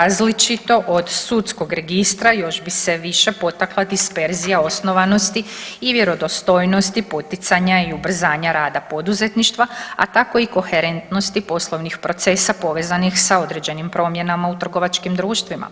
različito od sudskog registra još bi se više potakla disperzija osnovanosti i vjerodostojnosti poticanja i ubrzanja rada poduzetništva, a tako i koherentnosti poslovnih procesa povezanih sa određenim promjenama u trgovačkim društvima.